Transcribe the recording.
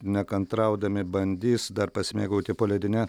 nekantraudami bandys dar pasimėgauti poledine